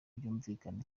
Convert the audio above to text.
byumvikana